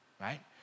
right